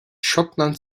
schottland